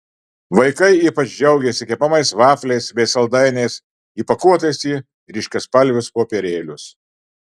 vaikai ypač džiaugėsi kepamais vafliais bei saldainiais įpakuotais į ryškiaspalvius popierėlius